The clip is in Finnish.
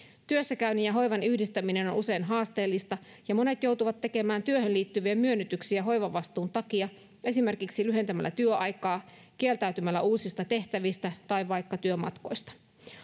työssäkäynnin ja hoivan yhdistäminen on on usein haasteellista ja monet joutuvat tekemään työhön liittyviä myönnytyksiä hoivavastuun takia esimerkiksi lyhentämällä työaikaa kieltäytymällä uusista tehtävistä tai vaikka työmatkoista